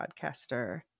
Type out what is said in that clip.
podcaster